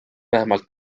vähemalt